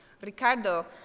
Ricardo